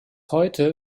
heute